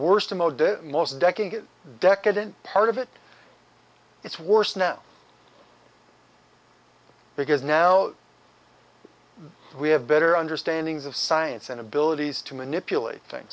modell most decade decadent part of it it's worse now because now we have better understanding of science and abilities to manipulate thing